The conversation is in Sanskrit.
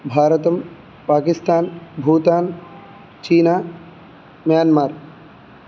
भारतं पाकिस्थान् भूतान् चीना मयान्मर्